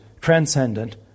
transcendent